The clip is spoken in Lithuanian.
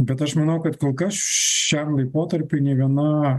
bet aš manau kad kol kas šiam laikotarpiui nei viena